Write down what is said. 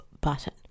button